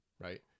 right